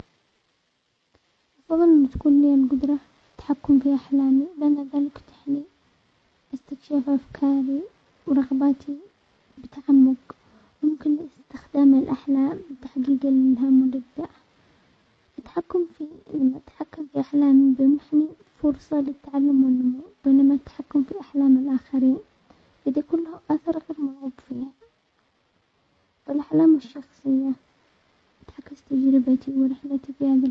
افضل ان تكون لي القدرة تحكم في احلامي، لان ذلك يتيح لي استكشاف افكاري ورغباتي بتعمق، وممكن لاستخدام الاحلام لتحقيق النجاح، التحكم في-التحكم في احلامي يمنحني فرصة للتعلم والنمو، بينما التحكم في احلام الاخرين قد يكون له اثر غير مرغوب فيه، فالاحلام الشخصية تعكس تجربتي ورحلتي في هذة الحياه.